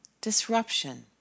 disruption